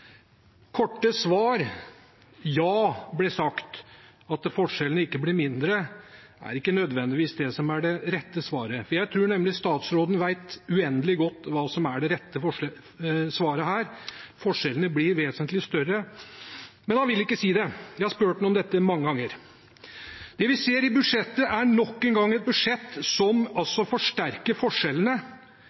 Korte svar – ja, ble det sagt. At forskjellene ikke blir mindre, er ikke nødvendigvis det rette svaret. Jeg tror nemlig at statsråden vet uendelig godt hva som er det rette svaret: Forskjellene blir vesentlig større. Men han vil ikke si det – jeg har spurt ham om dette mange ganger. Det vi ser i budsjettet, er at det nok en gang er et budsjett som forsterker forskjellene.